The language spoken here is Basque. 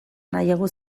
nahiago